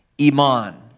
Iman